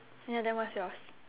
ya then what's yours